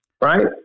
right